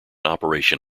operation